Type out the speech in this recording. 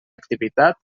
activitat